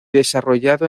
desarrollado